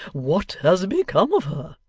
what has become of her